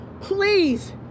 please